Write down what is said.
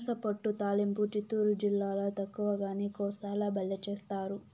పనసపొట్టు తాలింపు చిత్తూరు జిల్లాల తక్కువగానీ, కోస్తాల బల్లే చేస్తారు